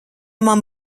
man